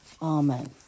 Amen